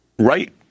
Right